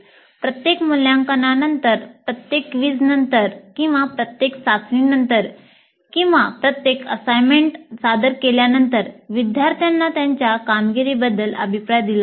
प्रत्येक मूल्यांकनानंतर प्रत्येक क्विझनंतर किंवा प्रत्येक चाचणीनंतर किंवा प्रत्येक असाइनमेंट सादर केल्यानंतर विद्यार्थ्यांना त्यांच्या कामगिरीबद्दल अभिप्राय दिला जातो